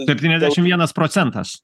septyniasdešim vienas procentas